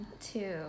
two